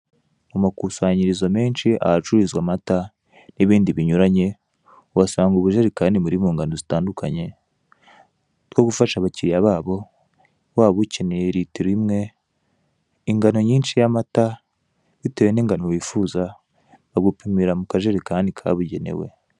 Amakusanyirizo menshi ahacururizwa amata n'ibindi binyuranye, uhasanga ubujerekani buri mu ngano zitandunkanye bwo gufasha abakiliya babo waba ukeneye litiro imwe, ingano nyinshi y'amata bitewe n'ingano wifuza bagupimira mu kajerekani kabigenewe.